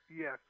Yes